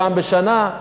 פעם בשנה,